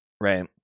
right